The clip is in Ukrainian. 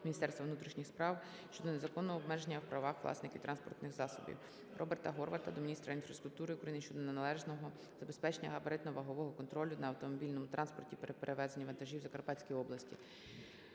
Міністерства внутрішніх справ щодо незаконного обмеження в правах власників транспортних засобів. Роберта Горвата до міністра інфраструктури України щодо належного забезпечення габаритно-вагового контролю на автомобільному транспорті при перевезенні вантажів у Закарпатській області.